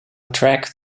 track